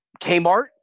Kmart